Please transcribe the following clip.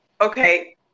okay